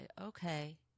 okay